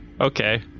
Okay